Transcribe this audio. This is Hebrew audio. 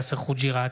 יאסר חוג'יראת,